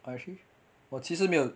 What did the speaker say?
I actually 我其实没有